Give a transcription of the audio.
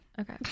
okay